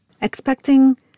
Expecting